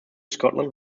scotland